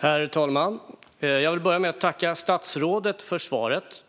Herr talman! Jag vill börja med att tacka statsrådet för svaret.